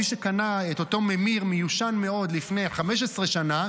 מי שקנה את אותו ממיר מיושן מאוד לפני 15 שנה,